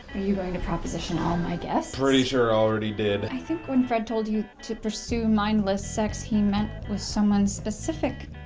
are you going to proposition all my guests? pretty sure i already did. i think when fred told you to pursue mindless sex, he meant with someone specific.